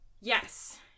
Yes